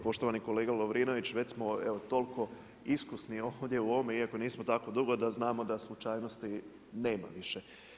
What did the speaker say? Poštovani kolega Lovrinović, već smo toliko iskusni u ovome iako nismo tako dugo da znamo da slučajnosti nema više.